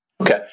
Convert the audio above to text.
Okay